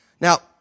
Now